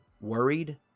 worried